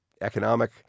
economic